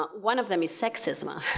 but one of them is sexism.